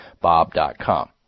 Bob.com